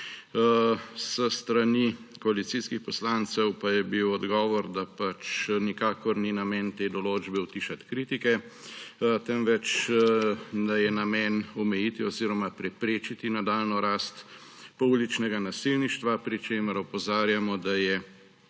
S strani koalicijskih poslancev pa je bil odgovor, da pač nikakor ni namen te določbe utišati kritike, temveč da je namen omejiti oziroma preprečiti nadaljnjo rast pouličnega nasilništva, pri čemer opozarjamo, da je